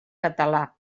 català